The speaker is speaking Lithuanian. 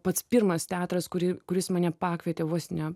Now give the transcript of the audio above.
pats pirmas teatras kurį kuris mane pakvietė vos ne